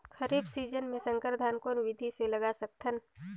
खरीफ season मे संकर धान कोन विधि ले लगा सकथन?